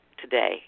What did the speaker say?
today